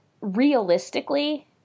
realistically